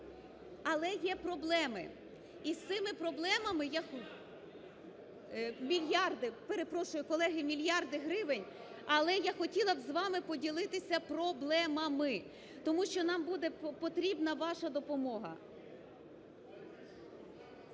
Але є проблеми. І з цими проблемами. Мільярдів, перепрошу, колеги, мільярди гривень. Але я хотіла б з вами поділитися проблемами. Тому що нам буде потрібна ваша допомога.